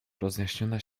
rozjaśniona